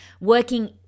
working